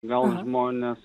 gal žmonės